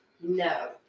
No